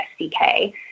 SDK